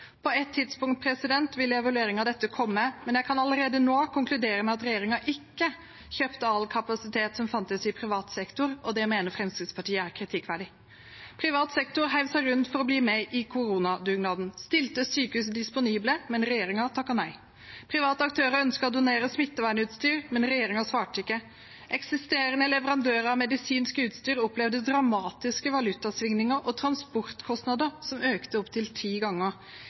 På et tidspunkt vil evalueringen av dette komme, men jeg kan allerede nå konkludere med at regjeringen ikke kjøpte all kapasitet som fantes i privat sektor, og det mener Fremskrittspartiet er kritikkverdig. Privat sektor hev seg rundt for å bli med i koronadugnaden og stilte sykehus disponible, men regjeringen takket nei. Private aktører ønsket å donere smittevernutstyr, men regjeringen svarte ikke. Eksisterende leverandører av medisinsk utstyr opplevde dramatiske valutasvingninger og transportkostnader som økte opptil ti ganger.